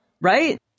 Right